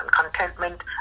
contentment